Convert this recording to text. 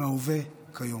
מההווה כיום.